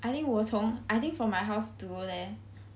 I think 我从 I think from my house don't know leh